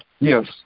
yes